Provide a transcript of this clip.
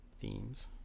themes